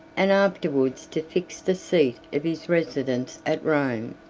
and afterwards to fix the seat of his residence at rome,